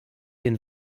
den